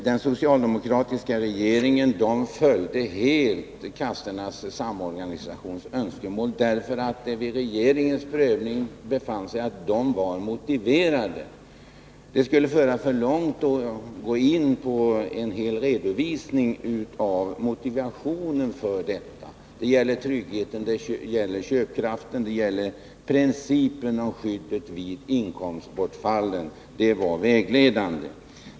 Den socialdemokratiska regeringen följde faktiskt helt kassornas samorganisations önskemål, därför att dessa vid regeringens prövning befanns vara motiverade. Att gå in på en fullständig redovisning av motiven för detta skulle föra alltför långt. Vägledande har varit tryggheten, köpkraften, principerna och skyddet vid inkomstbortfall.